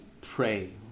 pray